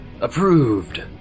Approved